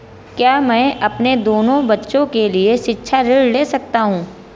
क्या मैं अपने दोनों बच्चों के लिए शिक्षा ऋण ले सकता हूँ?